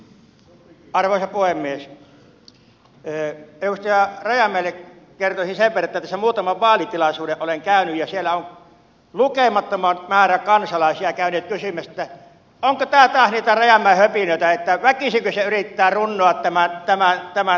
edustaja rajamäelle kertoisin sen verran että tässä muutaman vaalitilaisuuden olen käynyt ja siellä ovat lukemattomat määrät kansalaisia käyneet kysymässä että onko tämä taas niitä rajamäen höpinöitä että väkisinkö se yrittää runnoa tämän lain läpi